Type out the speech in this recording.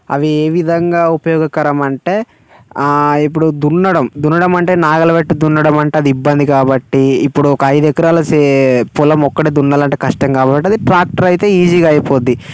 అవి ఏ విధంగా ఉపయోగకరం అంటే ఆ ఇప్పుడు దున్నడం దున్నడం అంటే నాగలి పెట్టి దున్నడం అంటే అది ఇబ్బంది కాబట్టి ఇప్పుడు ఒక ఐదు ఎకరాలు చే పొలం ఒక్కడే దున్నాలంటే కష్టం కాబట్టి అదే ట్రాక్టర్ అయితే ఈజీగా అయిపోతుంది